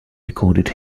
recorded